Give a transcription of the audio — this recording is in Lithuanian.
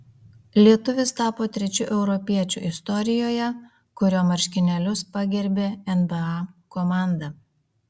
lietuvis tapo trečiu europiečiu istorijoje kurio marškinėlius pagerbė nba komanda